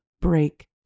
break